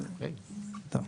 טוב,